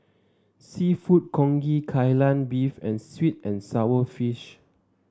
seafood congee Kai Lan Beef and sweet and sour fish